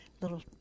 Little